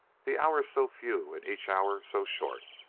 the hours so few and each hour so short!